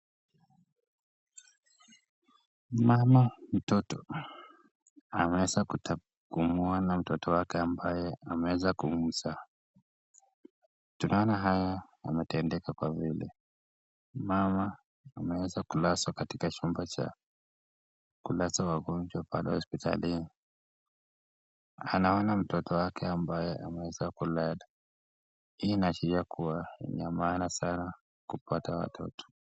Mama mtoto ameeza kumwona mtoto wake ambaye ameeza kumzaa, tunaona kwamba anaweza kutendeka kwa wodi, mama ameeza ameeza kulazwa katika chumba cha kulaza wagonjwa pale hospitalini, anaona mtoto wake ambaye ameeza kuleta, hii inaashiria kuwa ni maana sana kupata watoto.